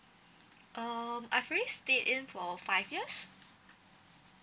um I've already stayed in for five years